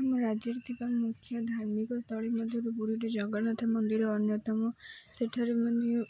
ଆମ ରାଜ୍ୟରେ ଥିବା ମୁଖ୍ୟ ଧାର୍ମିକ ସ୍ଥଳୀ ମଧ୍ୟରୁ ଗୁରୁଟି ଜଗନ୍ନାଥ ମନ୍ଦିର ଅନ୍ୟତମ ସେଠାରେ ମାନେ